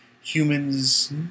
humans